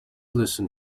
listen